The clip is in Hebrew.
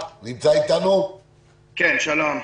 שלום,